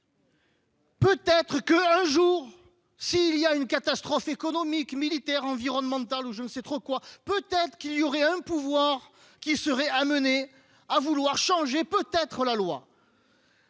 Peut-être que, un jour, s'il y a une catastrophe économique, militaire environnemental ou je ne sais trop quoi, peut-être qu'il y aurait un pouvoir qui seraient amenés à vouloir changer peut-être la loi.